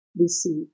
received